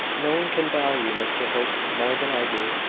no one can value mr hope more than i do,